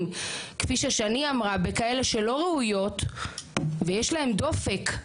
כפי ששני אמרה כאלה שלא ראויות ויש להם דופק,